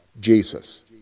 Jesus